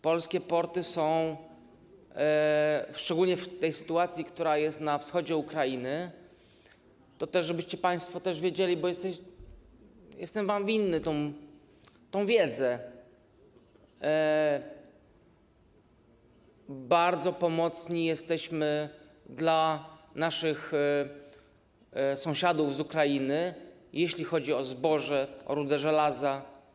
Polskie porty są - szczególnie w tej sytuacji, która jest na wschodzie Ukrainy, żebyście państwo to też wiedzieli, bo jestem wam winny tę wiedzę - bardzo pomocne dla naszych sąsiadów z Ukrainy, jeśli chodzi o zboże, o rudę żelaza.